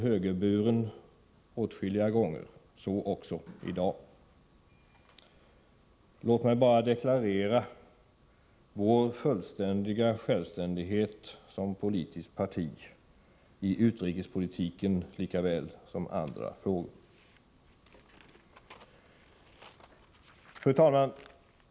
högerburen, så också i dag. Låt mig bara deklarera vår absoluta självständighet som politiskt parti, när det gäller utrikespolitiken lika väl som i andra frågor. Fru talman!